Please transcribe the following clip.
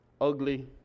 ugly